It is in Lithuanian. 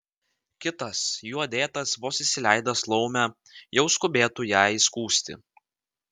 kitas juo dėtas vos įsileidęs laumę jau skubėtų ją įskųsti